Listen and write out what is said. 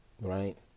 right